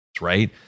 right